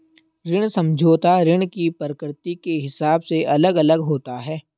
ऋण समझौता ऋण की प्रकृति के हिसाब से अलग अलग होता है